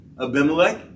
Abimelech